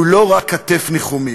והוא לא רק כתף ניחומים.